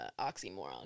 oxymoron